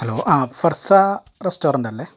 hello ആ Farsa restaurant അല്ലേ